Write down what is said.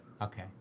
Okay